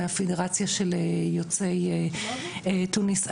מהפדרציה של יוצאי תוניס,